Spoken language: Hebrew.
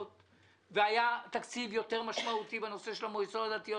והיה תקציב משמעותי יותר למועצות הדתיות.